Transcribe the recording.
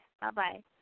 bye-bye